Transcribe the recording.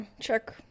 check